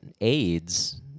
AIDS